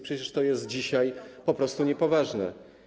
Przecież to jest dzisiaj po prostu niepoważne.